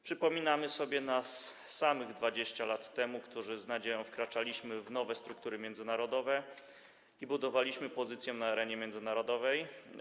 Przypominamy sobie nas samych 20 lat temu, kiedy z nadzieją wkraczaliśmy w nowe struktury międzynarodowe i budowaliśmy pozycję na arenie międzynarodowej.